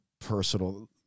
personal